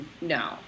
No